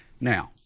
Now